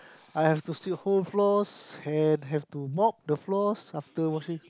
I have to sweep whole floors and have to mop the floors after washing